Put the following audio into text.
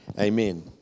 Amen